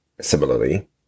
Similarly